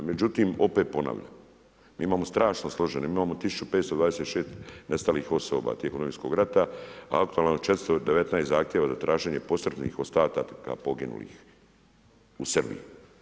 Međutim opet ponavlja, mi imamo strašno složene, mi imamo 1526 nestalih osoba tijekom Domovinskog rata a aktivno je 419 zahtjeva za traženje posmrtnih ostataka poginulih u Srbiji.